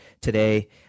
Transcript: Today